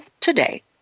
today